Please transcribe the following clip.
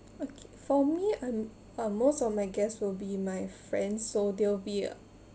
okay for me I'm uh most of my guests will be my friend so they'll be